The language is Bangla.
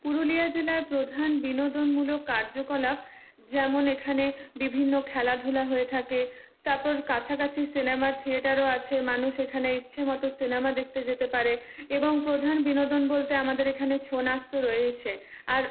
পুরুলিয়া জেলার প্রধান বিনোদনমূলক কার্যকলাপ যেমন এখানে বিভিন্ন খেলাধুলা হয়ে থাকে তারপর কাছাকাছি সিনেমার থিয়েটারও আছে মানুষ এখানে ইচ্ছে মতো সিনেমা দেখতে যেতে পারে এবং প্রধান বিনোদন বলতে আমাদের এখানে ছৌ নাচ তো রয়েইছে আর